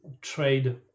trade